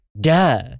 duh